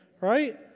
Right